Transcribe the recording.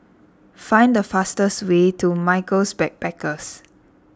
find the fastest way to Michaels Backpackers